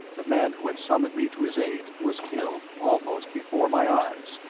the man who had summoned me to his aid was killed almost before my eyes.